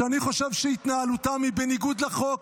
שאני חושב שהתנהלותן היא בניגוד לחוק.